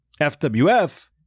FWF